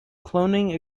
cloning